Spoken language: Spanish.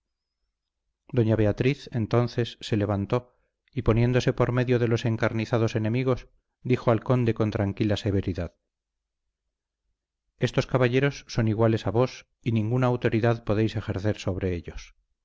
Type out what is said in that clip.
doña beatriz entonces se levantó y poniéndose por medio de los encarnizados enemigos dijo al conde con tranquila severidad esos caballeros son iguales a vos y ninguna autoridad podéis ejercer sobre ellos